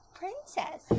princess